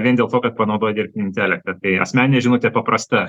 vien dėl to kad panaudoja dirbtinį intelektą tai asmeninė žinutė paprasta